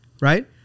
right